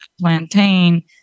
plantain